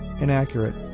inaccurate